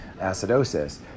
acidosis